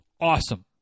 Awesome